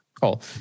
Cool